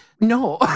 no